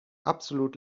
absolut